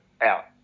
out